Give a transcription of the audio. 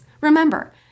Remember